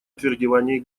отвердевание